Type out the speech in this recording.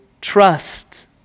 trust